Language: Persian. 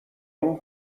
اون